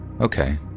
okay